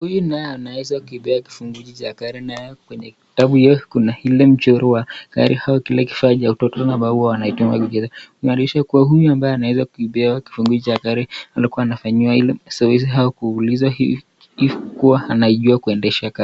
Huyu naye anaweza kupewa kifunguu cha gari naye kwenye kitabu hiyo kuna ile mchoro wa gari au kile kifaa cha utoto ambao huwa wanaitumia kucheza, kumaanisha kuwa huyu ambaye anaweza kupewa kifunguu cha gari alikuwa anafanyiwa zoezi au kuuliza kuwa anajua kuendesha gari.